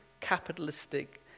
capitalistic